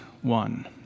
one